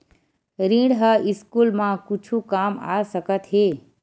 ऋण ह स्कूल मा कुछु काम आ सकत हे?